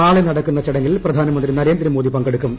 നാീട്ടുള നടക്കുന്ന ചടങ്ങിൽ പ്രധാനമന്ത്രി നരേന്ദ്രമോദി ്പങ്കെടുക്കും